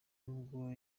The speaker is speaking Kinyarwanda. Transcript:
nubwo